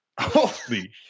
Holy